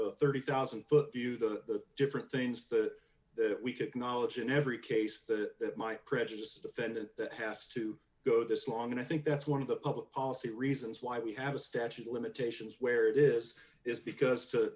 d thirty thousand foot view the different things that we could knowledge in every case that might prejudice defendant has to go this long and i think that's one of the public policy reasons why we have a statute of limitations where it is is because to